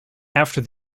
after